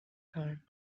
time